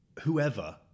whoever